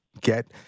get